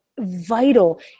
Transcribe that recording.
vital